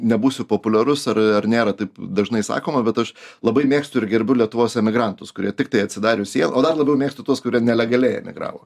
nebūsiu populiarus ar ar nėra taip dažnai sakoma bet aš labai mėgstu ir gerbiu lietuvos emigrantus kurie tiktai atsidarius o dar labiau mėgstu tuos kurie nelegaliai emigravo